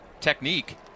technique